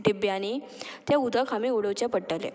डिब्ब्यांनी तें उदक आमी उडोवचें पडटलें